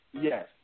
Yes